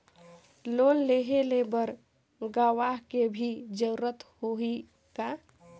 Loan लेहे बर गवाह के भी जरूरत होही का?